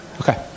Okay